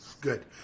Good